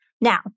Now